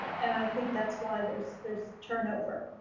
and i think that's why there's there's turnover.